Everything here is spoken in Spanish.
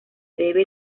debe